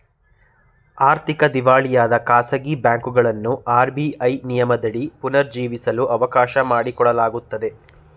ಆರ್ಥಿಕ ದಿವಾಳಿಯಾದ ಖಾಸಗಿ ಬ್ಯಾಂಕುಗಳನ್ನು ಆರ್.ಬಿ.ಐ ನಿಯಮದಡಿ ಪುನರ್ ಜೀವಿಸಲು ಅವಕಾಶ ಮಾಡಿಕೊಡಲಾಗುತ್ತದೆ